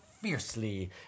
fiercely